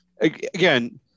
again